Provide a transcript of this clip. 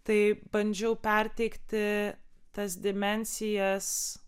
taip bandžiau perteikti tas dimensijas